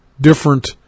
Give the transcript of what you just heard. different